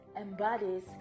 embodies